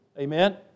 Amen